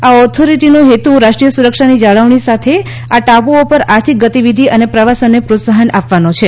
આ ઓથોરિટીનો હેતુ રાષ્ટ્રીય સુરક્ષાની જાળવણી સાથે આ ટાપૂઓ પર આર્થિક ગતિવિધિ અને પ્રવાસનને પ્રોત્સાહન આપવાનો છે